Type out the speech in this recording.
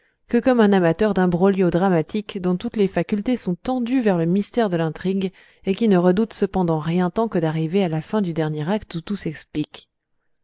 que comme un amateur d'imbroglios dramatiques dont toutes les facultés sont tendues vers le mystère de l'intrigue et qui ne redoute cependant rien tant que d'arriver à la fin du dernier acte où tout s'explique